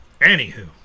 anywho